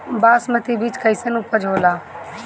बासमती बीज कईसन उपज होला?